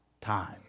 time